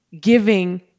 giving